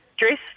dress